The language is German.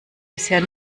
bisher